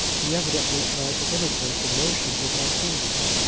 he evidently tried to imitate the motions of my fingers.